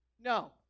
No